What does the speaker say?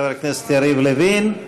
חבר הכנסת יריב לוין.